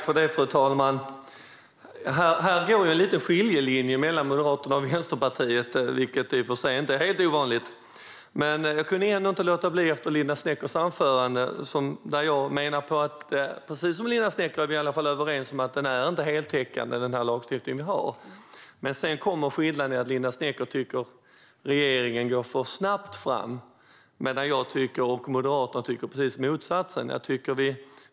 Fru talman! Här går en skiljelinje mellan Moderaterna och Vänsterpartiet, vilket i och för sig inte är helt ovanligt. Jag kunde inte låta bli att begära replik på Linda Sneckers anförande. Men vi är i alla fall överens om att den lagstiftning vi har inte är heltäckande. Men skillnaden är att Linda Snecker tycker att regeringen går för snabbt fram, medan jag och Moderaterna tycker precis motsatsen.